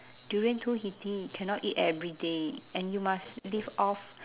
durian too heaty cannot eat every day and you must live off